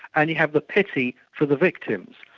and you have the pity for the victims.